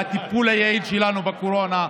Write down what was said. על הטיפול היעיל שלנו בקורונה,